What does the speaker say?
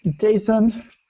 Jason